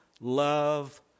love